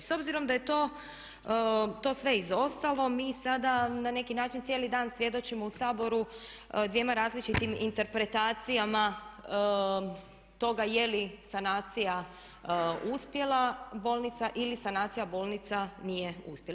S obzirom da je to sve izostalo mi sada na neki način cijeli dan svjedočimo u Saboru dvjema različitim interpretacijama toga je li sanacija uspjela, bolnica ili sanacija bolnica nije uspjela.